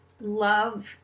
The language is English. love